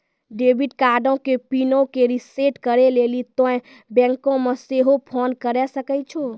debit कार्डो के पिनो के रिसेट करै लेली तोंय बैंको मे सेहो फोन करे सकै छो